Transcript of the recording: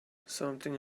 something